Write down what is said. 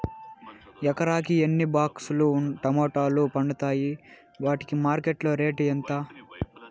ఎకరాకి ఎన్ని బాక్స్ లు టమోటాలు పండుతాయి వాటికి మార్కెట్లో రేటు ఎంత?